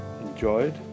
enjoyed